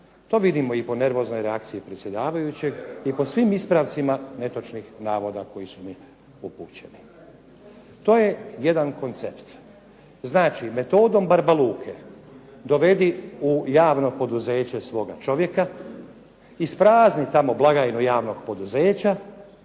To vidimo i po nervoznoj reakciji predsjedavajućeg i po svim ispravcima netočnih navoda koji su mi upućeni. To je jedan koncept. Znači, metodom barba Luke, dovedi u javno poduzeće svoga čovjeka, isprazni tamo blagajnu javnog poduzeća.